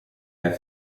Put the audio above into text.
herr